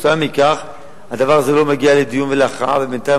כתוצאה מכך הדבר הזה לא מגיע לדיון ולהכרעה ובינתיים